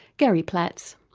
gary platz.